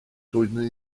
doeddwn